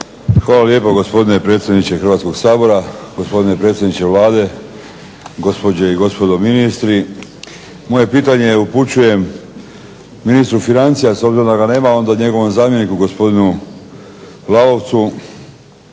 Hvala lijepo gospodine predsjedniče Hrvatskog sabora. Gospodine predsjedniče Vlade, gospođe i gospodo ministri. Moje pitanje upućujem ministru financija, a s obzirom da ga nema onda njegovom zamjeniku gospodinu Lalovcu,